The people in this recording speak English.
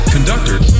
Conductor